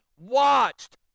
watched